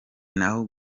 n’aho